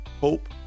hope